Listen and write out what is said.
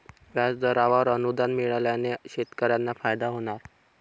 व्याजदरावर अनुदान मिळाल्याने शेतकऱ्यांना फायदा होणार